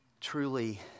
truly